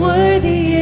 Worthy